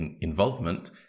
involvement